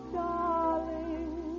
darling